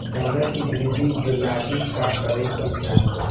पौधों की वृद्धि के लागी का करे के चाहीं?